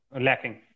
lacking